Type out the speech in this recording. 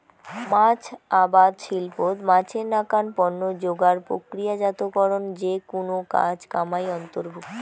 মাছ আবাদ শিল্পত মাছের নাকান পণ্য যোগার, প্রক্রিয়াজাতকরণ যেকুনো কাজ কামাই অন্তর্ভুক্ত